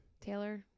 Taylor